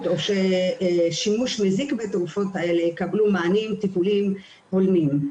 או ששימוש מזיק בתרופות האלה יקבלו מענים טיפוליים הולמים.